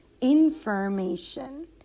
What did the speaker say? Information